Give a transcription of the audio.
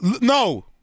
No